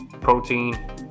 protein